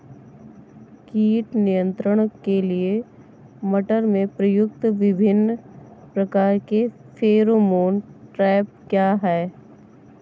कीट नियंत्रण के लिए मटर में प्रयुक्त विभिन्न प्रकार के फेरोमोन ट्रैप क्या है?